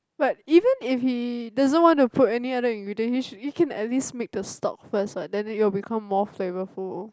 like even if he doesn't want to put any other ingredient he should he can at least make the stock first what then it'll become more flavorful